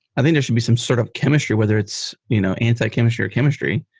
i think there should be some sort of chemistry, whether it's you know anti-chemistry or chemistry,